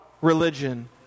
religion